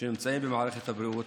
שנמצאים במערכת הבריאות,